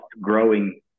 growing